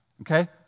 okay